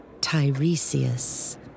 Tiresias